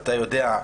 אתה יודע,